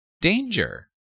danger